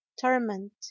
torment